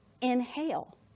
inhale